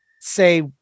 say